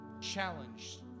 challenged